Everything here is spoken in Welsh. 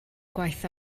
gwaith